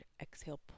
Exhale